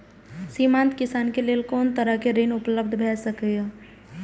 सीमांत किसान के लेल कोन तरहक ऋण उपलब्ध भ सकेया?